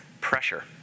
pressure